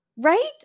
Right